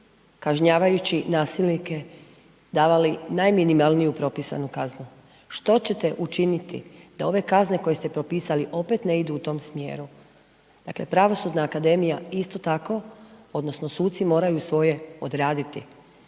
kažnjavajući nasilnike davali najminimalniju propisanu kaznu. Što ćete učiniti da ove kazne koje ste propisali opet ne idu u tom smjeru? Dakle Pravosudna akademija isto tako odnosno suci moraju svoje odraditi